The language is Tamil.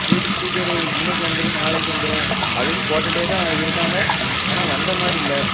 ப்ளூடூத் ஸ்பீக்கர் இன்னைக்கு வந்துடும் நாளைக்கு வந்துடும் அப்டின்னு போட்டுகிட்டேதான் இருக்காங்க ஆனால் வந்தமாதிரி இல்லை